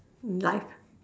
in life